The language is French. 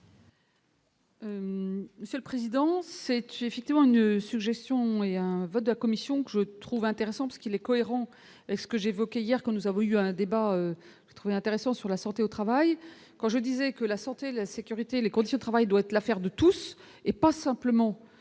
Monsieur le président, c'est une effectivement une suggestion et un vote de la commission que je trouve intéressant parce qu'il est cohérent avec ce que j'ai évoquée hier, quand nous avons eu un débat très intéressant sur la santé au travail quand je disait que la santé, la sécurité, les conditions de travail doit être l'affaire de tous et pas simplement